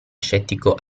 scettico